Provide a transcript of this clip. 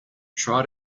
try